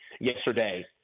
yesterday